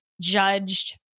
judged